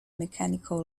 mechanical